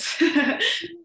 Yes